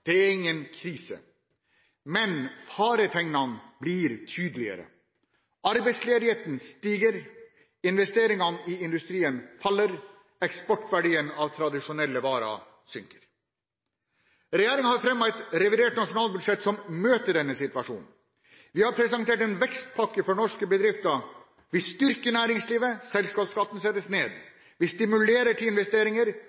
Det er ingen krise, men faretegnene blir tydeligere: Arbeidsledigheten stiger, investeringer i industrien faller, og eksportverdien av tradisjonelle varer synker. Regjeringen har fremmet et revidert nasjonalbudsjett som møter denne situasjonen. Vi har presentert en vekstpakke for norske bedrifter: Vi styrker næringslivet. Selskapsskatten settes